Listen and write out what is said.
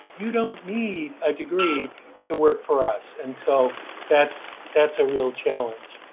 you don't need a degree to work for us and so that's that's a real challenge.